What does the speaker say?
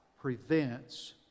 prevents